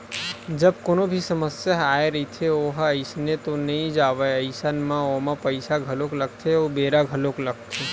जब कोनो भी समस्या ह आय रहिथे ओहा अइसने तो नइ जावय अइसन म ओमा पइसा घलो लगथे अउ बेरा घलोक लगथे